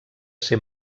ser